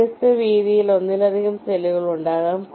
വ്യത്യസ്ത വീതിയിൽ ഒന്നിലധികം സെല്ലുകൾ ഉണ്ടാകാം